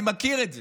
אני מכיר את זה,